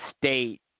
state